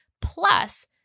plus